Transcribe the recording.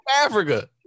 Africa